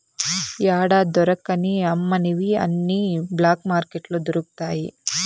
యాడా దొరకని అమ్మనివి అన్ని బ్లాక్ మార్కెట్లో దొరుకుతాయి